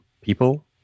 people